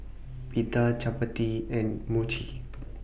Pita Chapati and Mochi